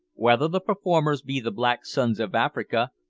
whether the performers be the black sons of africa,